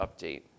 update